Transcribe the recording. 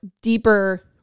deeper